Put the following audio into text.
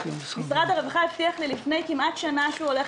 משרד הרווחה הבטיח לי לפני כמעט שנה שהוא הולך